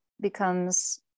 becomes